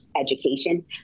education